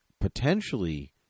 potentially